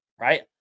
right